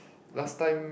last time